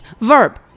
verb